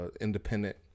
independent